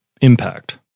impact